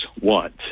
want